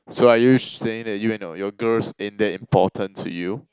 so are you saying that you and your yours girls ain't that important to you